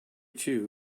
two